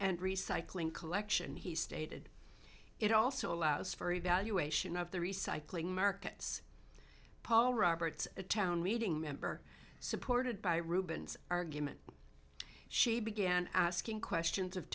and recycling collection he stated it also allows for evaluation of the recycling markets paul roberts a town meeting member supported by rubens argument she began asking questions of